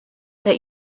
that